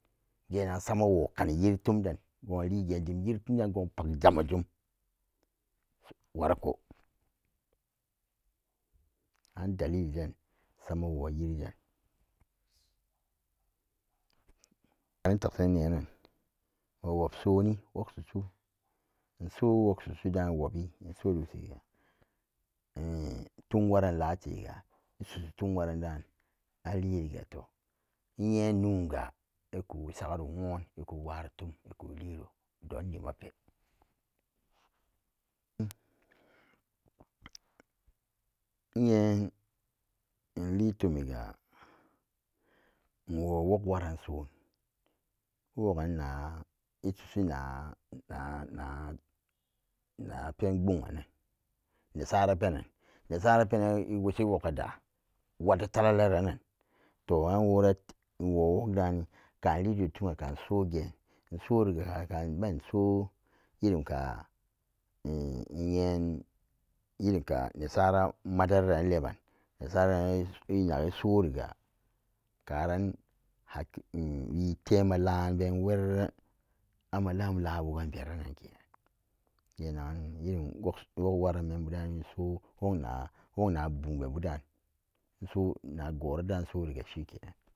Genagan samawo kani yiritom den gun li gen dem yiri tom den gon pak zamubum wariko an daliliden sama wo yiriran an tak shinaniran nan wowub sun wola inso wokso isa danini wabi in tomwaren ake gun asuzhiga to imuyenon ga iko sa garo won iko woro tom iko liro donni hmun inye letomi ga inwo wo waran so iwagana isushi na open gbomanan nesara pe nan vewo ga bum nwok dani tuka kain su ge innyen ka ne saran anakaran nitemalan werare lamlan wo gun veranen ke gena gan iren wok war an dan wona bunbepan insu na gura budan gu insuri ga she kenan